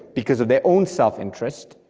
because of their own self interests,